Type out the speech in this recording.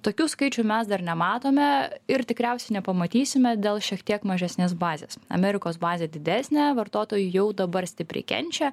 tokių skaičių mes dar nematome ir tikriausiai nepamatysime dėl šiek tiek mažesnės bazės amerikos bazė didesnė vartotojai jau dabar stipriai kenčia